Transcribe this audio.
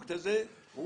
הפרויקט הוא חשוב